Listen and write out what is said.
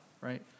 right